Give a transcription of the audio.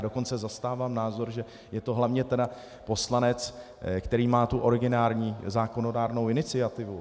Dokonce zastávám názor, že je to hlavně poslanec, který má tu originární zákonodárnou iniciativu.